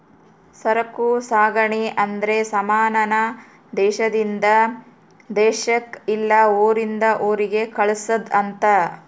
ಸರಕು ಸಾಗಣೆ ಅಂದ್ರೆ ಸಮಾನ ನ ದೇಶಾದಿಂದ ದೇಶಕ್ ಇಲ್ಲ ಊರಿಂದ ಊರಿಗೆ ಕಳ್ಸದ್ ಅಂತ